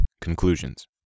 Conclusions